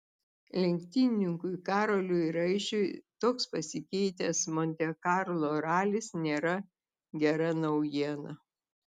lenktynininkui karoliui raišiui toks pasikeitęs monte karlo ralis nėra gera naujiena